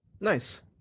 Nice